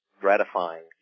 gratifying